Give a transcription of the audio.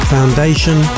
Foundation